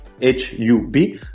H-U-B